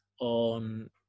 on